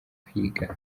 kwiga